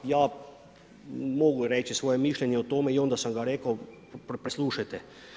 Ja mogu reći svoje mišljenje o tome i onda sam ga rekao preslušajte.